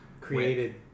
created